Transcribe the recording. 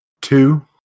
Two